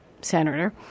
Senator